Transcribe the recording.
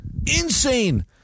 Insane